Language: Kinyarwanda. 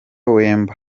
wemba